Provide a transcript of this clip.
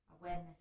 awareness